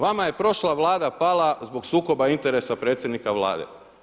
Vama je prošla Vlada pala zbog sukoba interesa predsjednika Vlade.